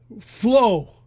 flow